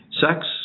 sex